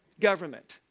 government